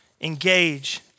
engage